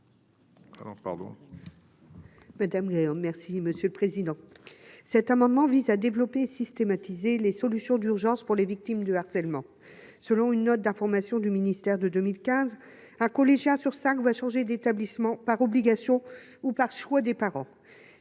Pardon. Ben merci Monsieur le Président, cet amendement vise à développer systématiser les solutions d'urgence pour les victimes de harcèlement, selon une note d'information du ministère, de 2015 à collégien sur 5 va changer d'établissement par obligation ou par choix des parents